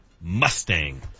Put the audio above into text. Mustang